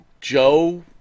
Joe